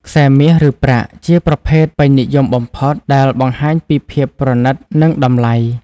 ខ្សែមាស ឬប្រាក់ ជាប្រភេទពេញនិយមបំផុត ដែលបង្ហាញពីភាពប្រណីត និងតម្លៃ។